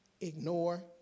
ignore